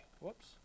Whoops